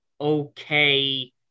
okay